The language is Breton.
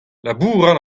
labourat